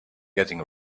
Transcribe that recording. getting